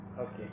Okay